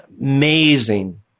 Amazing